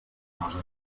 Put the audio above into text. nosa